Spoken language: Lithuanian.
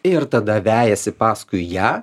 ir tada vejasi paskui ją